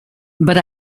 but